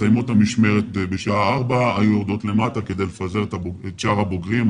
מסיימות את המשמרת בשעה 4:00 היו יורדות למטה כדי לפזר את שאר הבוגרים,